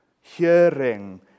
hearing